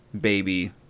baby